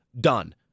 done